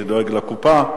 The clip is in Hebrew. שדואג לקופה,